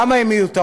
למה הן מיותרות?